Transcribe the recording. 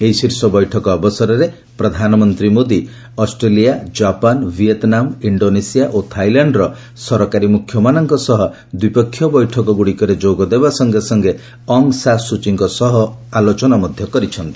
ଏହି ଶୀର୍ଷ ବୈଠକ ଅବସରରେ ପ୍ରଧାନମନ୍ତ୍ରୀ Shri Modi Australia Japan Vietnam Indonesia ଓ ଥାଇଲାଣ୍ଡର ସରକାରୀ ମୁଖ୍ୟମାନଙ୍କ ସହ ଦ୍ୱିପକ୍ଷିୟ ବୈଠକଗୁଡ଼ିକରେ ଯୋଗ ଦେବା ସଙ୍ଗେ ସଙ୍ଗେ ଅଙ୍ଗ୍ ସା ସୁଚିଙ୍କ ସହ ଆଲୋଚନା ମଧ୍ୟ କରିଛନ୍ତି